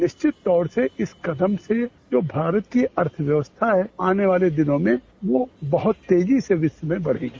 निश्चित तौर से इस कथन से जो भारतीय अर्थव्यवस्था है आने वाले दिनों में वो बहुत तेजी से विश्व में बढ़ेगी